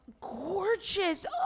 gorgeous